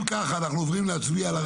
אם ככה אנחנו עוברים להצביע.